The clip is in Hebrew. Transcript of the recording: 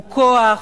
הוא כוח,